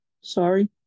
sorry